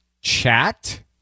chat